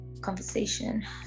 conversation